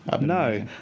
No